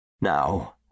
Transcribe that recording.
Now